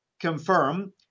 confirm